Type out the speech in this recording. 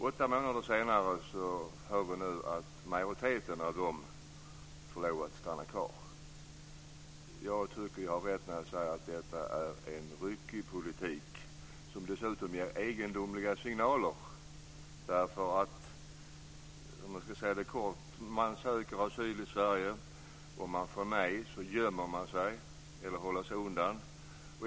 Åtta månader senare hör vi att majoriteten av dem får lov att stanna kvar. Jag tycker att jag har rätt när jag säger att detta är en ryckig politik, som dessutom ger egendomliga signaler. Man söker asyl i Sverige. Om man får nej gömmer man sig eller håller sig undan.